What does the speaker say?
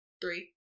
three